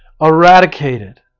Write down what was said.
eradicated